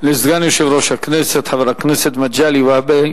תודה לסגן יושב-ראש הכנסת, חבר הכנסת מגלי והבה.